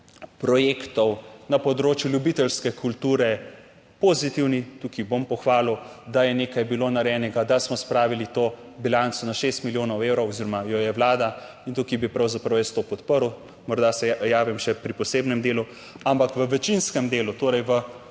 projektov na področju ljubiteljske kulture pozitivni. Tukaj bom pohvalil, da je nekaj bilo narejenega, da smo spravili to bilanco na šest milijonov evrov oziroma jo je vlada in tukaj bi pravzaprav jaz to podprl. Morda se javim še pri posebnem delu, ampak v večinskem delu, torej v